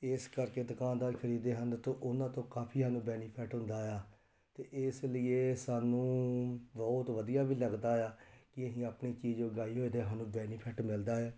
ਇਸ ਕਰਕੇ ਦੁਕਾਨਦਾਰ ਖਰੀਦਦੇ ਹਨ ਅਤੇ ਉਹਨਾਂ ਤੋਂ ਕਾਫੀ ਸਾਨੂੰ ਨੂੰ ਬੈਨੀਫਿਟ ਹੁੰਦਾ ਆ ਅਤੇ ਇਸ ਲਈ ਇਹ ਸਾਨੂੰ ਬਹੁਤ ਵਧੀਆ ਵੀ ਲੱਗਦਾ ਆ ਕਿ ਅਸੀਂ ਆਪਣੀ ਚੀਜ਼ ਉਗਾਈ ਹੋਏ ਅਤੇ ਸਾਨੂੰ ਬੈਨੀਫਿਟ ਮਿਲਦਾ ਆ